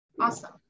Awesome